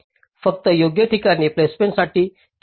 फक्त योग्य ठिकाणी प्लेसमेंटसाठी किंमतीचे कार्य सुधारित करण्यासाठी